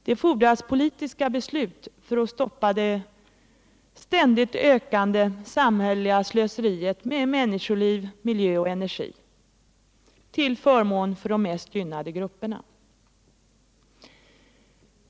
Det fordras politiska beslut för att stoppa det ständigt ökande samhälleliga slöseriet med människoliv, miljö och energi till förmån för de mest gynnade grupperna.